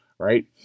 right